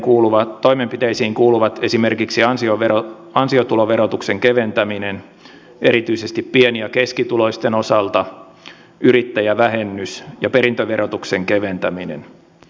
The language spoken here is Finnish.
näihin toimenpiteisiin kuuluvat esimerkiksi ansiotuloverotuksen keventäminen erityisesti pieni ja keskituloisten osalta yrittäjävähennys ja perintöverotuksen keventäminen